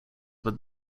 with